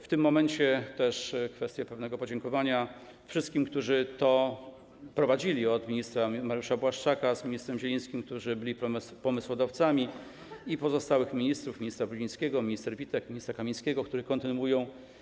W tym momencie jest też kwestia pewnego podziękowania wszystkim, którzy to prowadzili: od ministra Mariusza Błaszczaka i ministra Zielińskiego, którzy byli pomysłodawcami, do pozostałych ministrów, tj. ministra Brudzińskiego, minister Witek, ministra Kamińskiego, którzy to kontynuują.